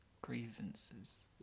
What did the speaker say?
Grievances